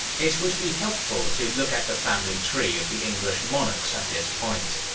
it would be helpful to look at the family tree of the english monarchs at this point.